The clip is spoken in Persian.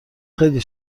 خیلی